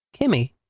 Kimmy